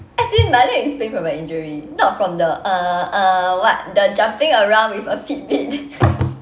as in my leg is pain from my injury not from the uh uh what the jumping around with a fitbit